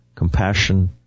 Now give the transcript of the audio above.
compassion